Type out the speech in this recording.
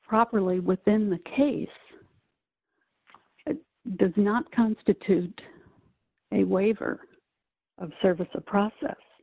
properly within the case does not constitute a waiver of service of process